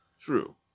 True